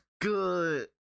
good